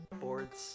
boards